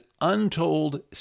Untold